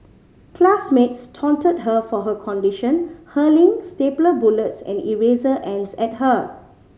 classmates taunted her for her condition hurling stapler bullets and eraser ends at her